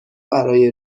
برای